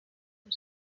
por